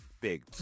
Big